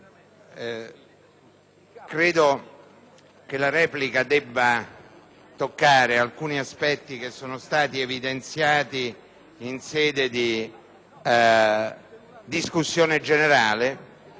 credo che la replica debba toccare alcuni argomenti che sono stati evidenziati in sede di discussione generale